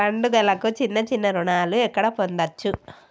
పండుగలకు చిన్న చిన్న రుణాలు ఎక్కడ పొందచ్చు?